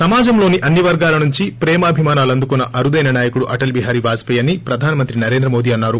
సమాజంలోని అన్ని వర్గాల నుంచి ప్రేమాభిమానాలు అందుకున్న అరుదైన నాయకుడు అటల్ బిహారీ వాజ్పేయి అని ప్రధాన మంత్రి నరేంద్ర మోదీ అన్నారు